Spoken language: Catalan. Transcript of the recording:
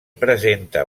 presenta